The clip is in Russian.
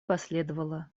последовало